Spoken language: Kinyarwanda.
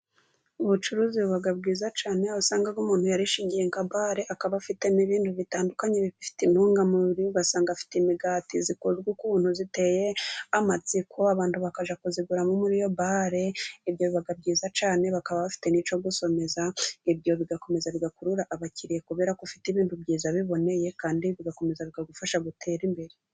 Ubucuruzi buba bwiza cyane, aho usanga umuntu yarishingiye ka bare, akaba afitemo ibintu bitandukanye bifite intungamubiri, ugasanga afite imigati ikozwe ukuntu iteye amatsiko, abantu bakajya kuyigura muri iyo bare, ibyo biba byiza cyane bakaba bafite n'icyo gusomeza, ibyo bigakomeza bigakurura abakiriya kubera ko ufite ibintu byiza biboneye, kandi bigakomeza bikagufasha gutera imbere.